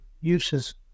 uses